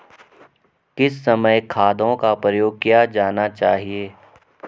किस समय खादों का प्रयोग किया जाना चाहिए?